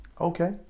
Okay